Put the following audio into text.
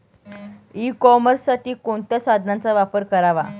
E कॉमर्ससाठी कोणत्या साधनांचा वापर करावा?